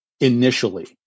initially